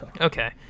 Okay